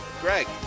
Greg